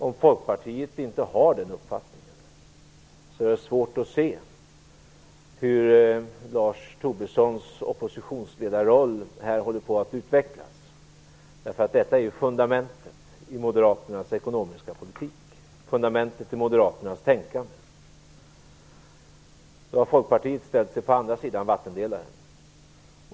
Om Folkpartiet inte har den uppfattningen är det svårt att se hur Lars Tobissons oppositionsledarroll här håller på att utvecklas, därför att detta är ju fundamentet i Moderaternas ekonomiska politik och fundamentet i Moderaternas tänkande. Folkpartiet har ställt sig på andra sidan vattendelaren.